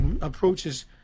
approaches